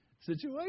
situation